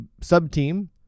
sub-team